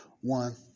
one